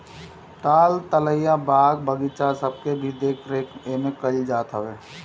ताल तलैया, बाग बगीचा सबके भी देख रेख एमे कईल जात हवे